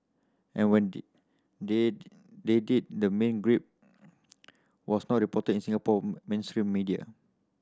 and when they they they did the main gripe was not reported in Singapore mainstream media